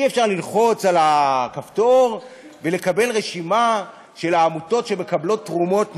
אי-אפשר ללחוץ על הכפתור ולקבל רשימה של העמותות שמקבלות תרומות מחו"ל.